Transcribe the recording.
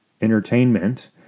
entertainment